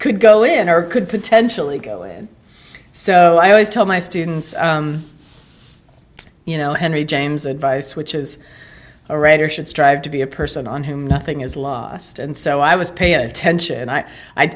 could go in or could potentially go away and so i always tell my students you know henry james advice which is a writer should strive to be a person on whom nothing is lost and so i was paying attention i